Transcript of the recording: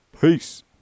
Peace